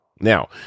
now